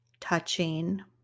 touching